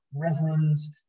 reverends